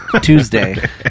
Tuesday